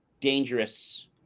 dangerous